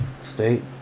state